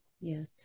Yes